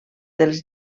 dels